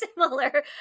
similar